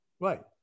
Right